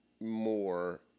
more